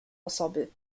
osoby